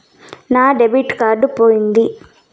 నా debit card పోయింది